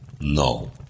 No